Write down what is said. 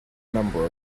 number